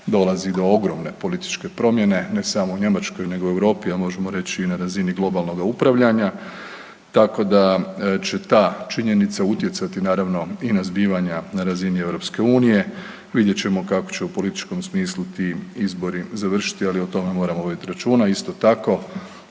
dolazi do ogromne političke promjene, ne samo u Njemačkoj nego i u Europi, a možemo reći i na razini globalnoga upravljanja, tako da će ta činjenica utjecati naravno i na zbivanja na razini EU. vidjet ćemo kako će u političkom smislu ti izbori završiti, ali o tome moramo voditi računa. Isto tako